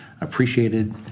appreciated